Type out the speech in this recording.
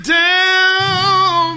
down